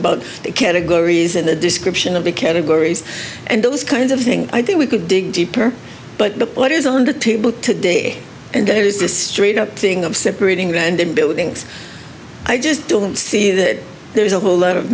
about the categories and the description of the categories and those kinds of thing i think we could dig deeper but what is on the table today and that is just straight up thing of separating them and buildings i just don't see that there's a whole lot of